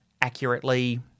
accurately